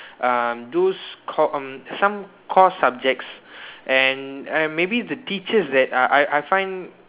um those com~ some course subjects and and maybe the teachers that I I I find